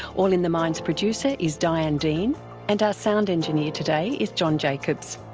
all in the mind's producer is diane dean and our sound engineer today is john jacobs.